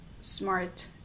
smart